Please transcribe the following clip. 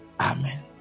Amen